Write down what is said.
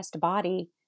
body